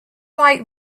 like